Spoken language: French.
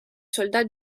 soldats